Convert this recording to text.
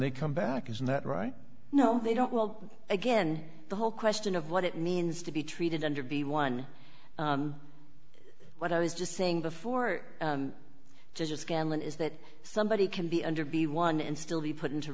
they come back isn't that right no they don't well again the whole question of what it means to be treated and to be one what i was just saying before just gamelin is that somebody can be under be one and still be put into